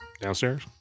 Downstairs